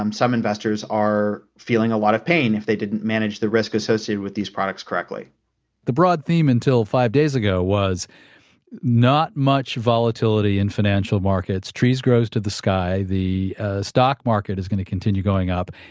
um some investors are feeling a lot of pain if they didn't manage the risk associated with these products correctly the broad theme until five days ago was not much volatility in financial markets. trees grow to the sky, the stock market is going to continue going up.